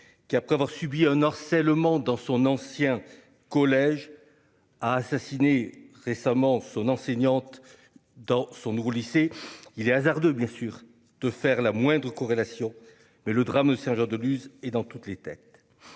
qui après avoir subi un harcèlement dans son ancien collège a assassiné récemment son enseignante dans son nouveau lycée il est hasardeux bien sûr de faire la moindre corrélation mais le drame, Saint-Jean-de-Luz et dans toutes les têtes.